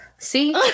See